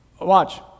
Watch